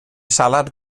salad